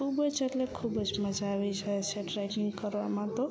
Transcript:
ખૂબ જ એટલે ખૂબ જ મજા આવી જાય છે ટ્રેકિંગ કરવામાં તો